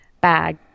bag